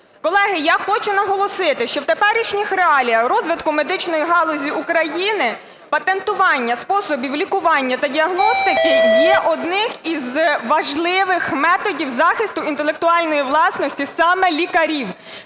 Колеги, я хочу наголосити, що в теперішніх реаліях розвитку медичної галузі України патентування способів лікування та діагностики є одним із важливих методів захисту інтелектуальної власності саме лікарів,